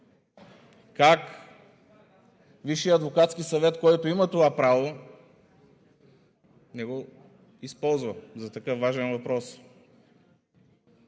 Как Висшият адвокатски съвет, който има това право, не го използва за такъв важен въпрос?